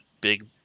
big